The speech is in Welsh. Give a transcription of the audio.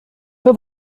oedd